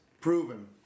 proven